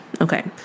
Okay